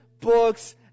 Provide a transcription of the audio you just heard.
books